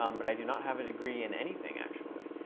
um but i do not have a degree in anything, actually.